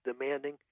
demanding